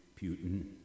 Putin